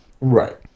Right